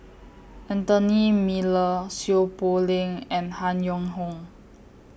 Anthony Miller Seow Poh Leng and Han Yong Hong